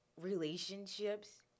relationships